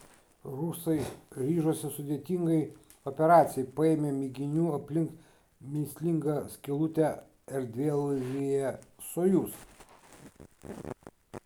rusai ryžosi sudėtingai operacijai paėmė mėginių aplink mįslingą skylutę erdvėlaivyje sojuz